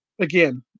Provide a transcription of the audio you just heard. again